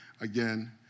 again